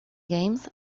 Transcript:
games